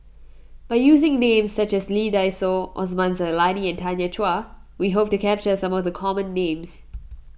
by using names such as Lee Dai Soh Osman Zailani and Tanya Chua we hope to capture some of the common names